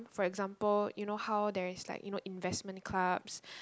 for example you know how there's like you know investment clubs